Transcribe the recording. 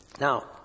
Now